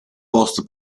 post